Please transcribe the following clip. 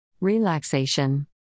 Relaxation